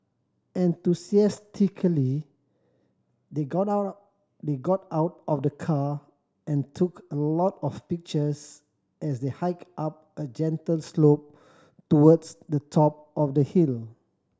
enthusiastically they got out they got out of the car and took a lot of pictures as they hiked up a gentle slope towards the top of the hill